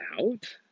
out